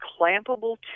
clampable